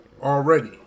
Already